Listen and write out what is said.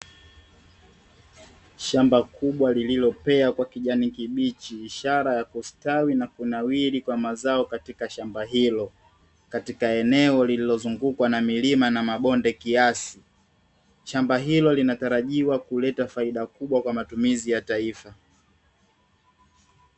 Shamba kubwa lililopea kwa kijani kibichi, ishara ya kustawi na kunawiri kwa mazao katika shamba hilo. Katika eneo lililozungukwa na milima na mabonde kiasi, shamba hilo linatarajiwa kuleta faida kubwa kwa matumizi ya taifa.